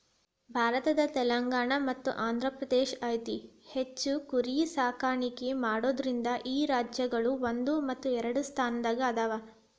ಭಾರತದ ತೆಲಂಗಾಣ ಮತ್ತ ಆಂಧ್ರಪ್ರದೇಶ ಅತಿ ಹೆಚ್ಚ್ ಕುರಿ ಸಾಕಾಣಿಕೆ ಮಾಡೋದ್ರಿಂದ ಈ ರಾಜ್ಯಗಳು ಒಂದು ಮತ್ತು ಎರಡನೆ ಸ್ಥಾನದಾಗ ಅದಾವ